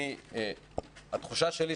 התחושה שלי,